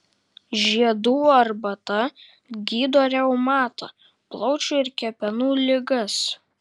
žiedų arbata gydo reumatą plaučių ir kepenų ligas